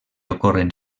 ocorren